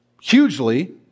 hugely